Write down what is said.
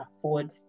afford